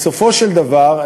בסופו של דבר,